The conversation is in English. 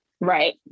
Right